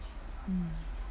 mm